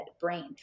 brain